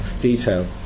detail